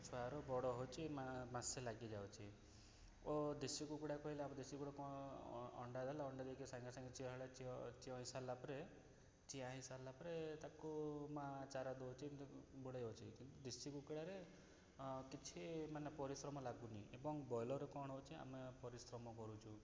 ଛୁଆରୁ ବଡ଼ ହେଉଛି ମାସେ ଲାଗିଯାଉଛି ଓ ଦେଶୀ କୁକୁଡ଼ା କହିଲେ ଦେଶୀ କୁକୁଡ଼ା ଅଣ୍ଡା ଦେଲେ ଅଣ୍ଡା ଦେଇକି ସାଙ୍ଗେ ସାଙ୍ଗେ ଚିଆଁ ହେଇସାରିଲା ପରେ ଚିଆଁ ହେଇସାରିଲା ପରେ ତାକୁ ମାଆ ଚାରା ଦେଉଛି ଏମିତି ବଢ଼େ ଅଛି କିନ୍ତୁ ଦେଶୀ କୁକୁଡ଼ାରେ କିଛି ମାନେ ପରିଶ୍ରମ ଲାଗୁନି ଏବଂ ବ୍ରଏଲର୍ କ'ଣ ହେଉଛି ଆମେ ପରିଶ୍ରମ କରୁଛୁ